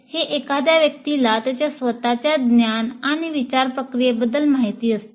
हे एखाद्या व्यक्तीला त्याच्या स्वतःच्या ज्ञान आणि विचार प्रक्रियेबद्दल माहिती असते